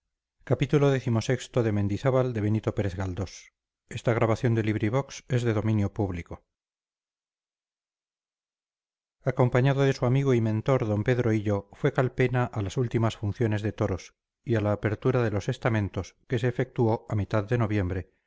acompañado de su amigo y mentor d pedro hillo fue calpena a las últimas funciones de toros y a la apertura de los estamentos que se efectuó a mitad de noviembre